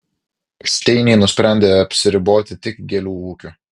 šteiniai nusprendė apsiriboti tik gėlių ūkiu